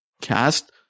cast